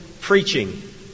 preaching